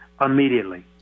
immediately